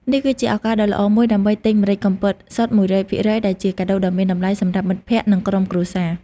នេះគឺជាឱកាសដ៏ល្អមួយដើម្បីទិញម្រេចកំពតសុទ្ធ ១០០% ដែលជាកាដូដ៏មានតម្លៃសម្រាប់មិត្តភក្តិ និងក្រុមគ្រួសារ ។